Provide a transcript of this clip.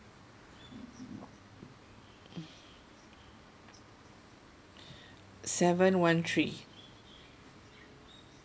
seven one three